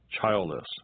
childless